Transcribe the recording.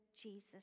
Jesus